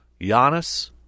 Giannis